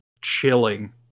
chilling